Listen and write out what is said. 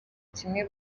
kimwe